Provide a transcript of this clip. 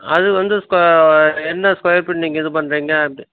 அது வந்து ஸ்கொ என்ன ஸ்கொயர் ஃபீட் நீங்கள் இது பண்ணுறிங்கன்ட்டு